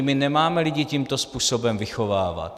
My nemáme lidi tímto způsobem vychovávat.